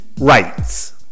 rights